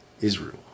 Israel